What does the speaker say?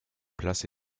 place